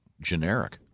generic